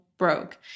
broke